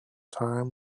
time